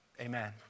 Amen